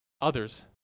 others